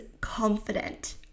confident